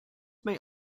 may